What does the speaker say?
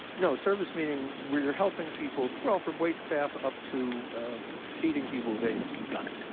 no, service meaning where you're helping people from from wait staff up to feeding people with aids. got it.